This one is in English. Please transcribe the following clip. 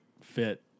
fit